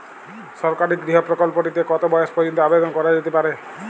সরকারি গৃহ প্রকল্পটি তে কত বয়স পর্যন্ত আবেদন করা যেতে পারে?